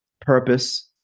purpose